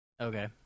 Okay